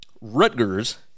Rutgers